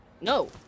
No